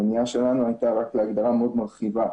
המניעה שלנו הייתה רק להגדרה מאוד מרחיבה